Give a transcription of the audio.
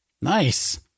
Nice